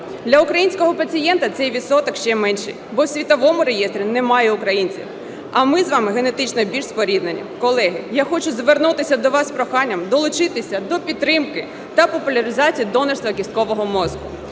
Для українського пацієнта цей відсоток ще менший, бо у світовому реєстрі немає українців, а ми з вами генетично більш споріднені. Колеги, я хочу звернутися до вас із проханням долучитися до підтримки та популяризації донорства кісткового мозку.